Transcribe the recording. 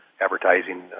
advertising